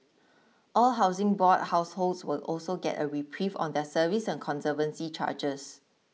all Housing Board households will also get a reprieve on their service and conservancy charges